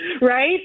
right